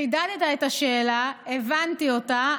חידדת את השאלה, הבנתי אותה.